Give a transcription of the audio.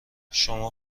شما